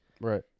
Right